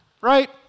Right